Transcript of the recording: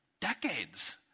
decades